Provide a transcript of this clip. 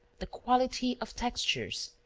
the quality of textures,